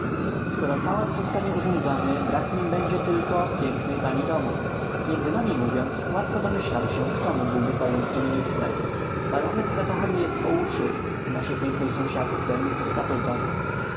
skoro pałac zostanie urządzony brak w nim będzie tylko pięknej pani domu między nami mówiąc łatwo domyślam się kto mógłby zająć to miejsce baronet zakochany po uszy w naszej pięknej sąsiadce